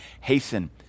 hasten